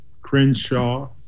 Crenshaw